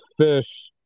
fish